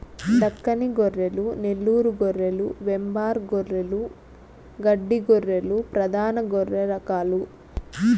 దక్కని గొర్రెలు, నెల్లూరు గొర్రెలు, వెంబార్ గొర్రెలు, గడ్డి గొర్రెలు ప్రధాన గొర్రె రకాలు